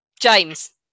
James